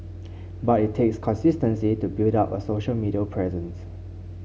but it takes consistency to build up a social middle presence